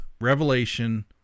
Revelation